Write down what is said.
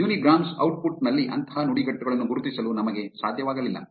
unigrams output ನಲ್ಲಿ ಅಂತಹ ನುಡಿಗಟ್ಟುಗಳನ್ನು ಗುರುತಿಸಲು ನಮಗೆ ಸಾಧ್ಯವಾಗಲಿಲ್ಲ